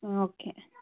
okay